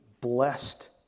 blessed